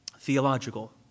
theological